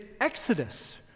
Exodus